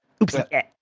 Oopsie